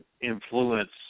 influence